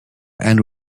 and